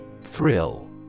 Thrill